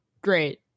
Great